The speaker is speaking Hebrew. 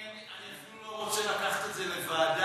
אני אפילו לא רוצה לקחת את זה לוועדה,